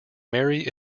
mary